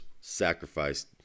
sacrificed